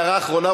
הערה אחרונה,